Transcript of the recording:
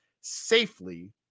safely